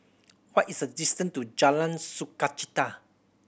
what is the distance to Jalan Sukachita